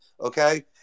Okay